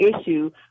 issue